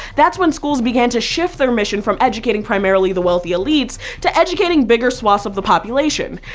that's when schools began to shift their mission from educating primarily the wealthy elites to educating bigger swaths of the population.